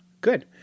good